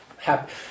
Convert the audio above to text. happy